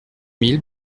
mille